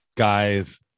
guys